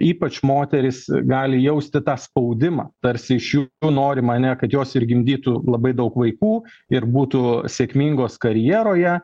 ypač moterys gali jausti tą spaudimą tarsi iš jų norima ane kad jos ir gimdytų labai daug vaikų ir būtų sėkmingos karjeroje